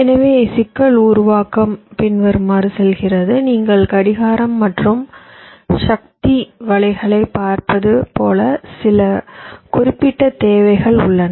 எனவே சிக்கல் உருவாக்கம் பின்வருமாறு செல்கிறது நீங்கள் கடிகாரம் மற்றும் சக்தி வலைகளைப் பார்ப்பது போல சில குறிப்பிட்ட தேவைகள் உள்ளன